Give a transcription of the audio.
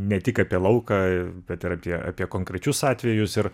ne tik apie lauką bet ir apie apie konkrečius atvejus ir